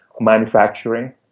manufacturing